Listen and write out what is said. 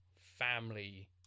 family